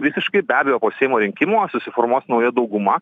visiškai be abejo po seimo rinkimo susiformuos nauja dauguma